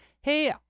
Hey